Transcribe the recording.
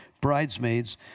bridesmaids